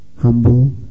humble